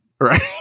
right